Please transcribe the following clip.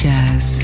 Jazz